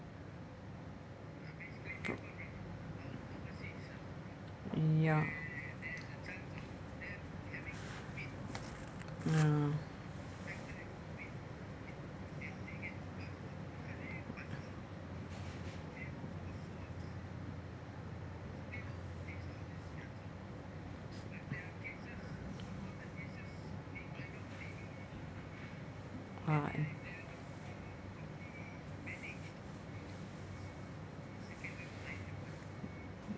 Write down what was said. ya ya uh